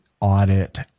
audit